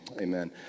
amen